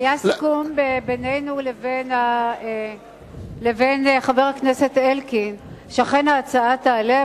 היה סיכום בינינו לבין חבר הכנסת אלקין שאכן ההצעה תעלה,